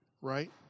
Right